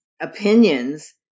opinions